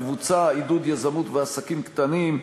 מבוצע עידוד יזמות ועסקים קטנים,